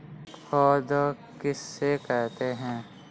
पौध किसे कहते हैं?